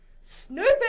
Snoopy